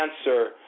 answer